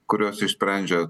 kurios išsprendžia